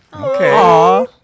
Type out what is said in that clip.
Okay